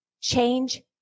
Change